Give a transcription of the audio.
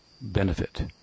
benefit